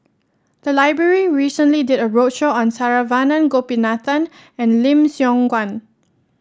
the library recently did a roadshow on Saravanan Gopinathan and Lim Siong Guan